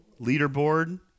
leaderboard